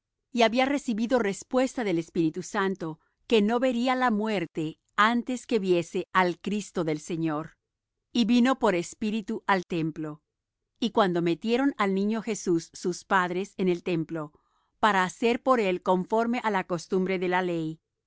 y había recibido respuesta del espíritu santo que no vería la muerte antes que viese al cristo del señor y vino por espíritu al templo y cuando metieron al niño jesús sus padres en el templo para hacer por él conforme á la costumbre de la ley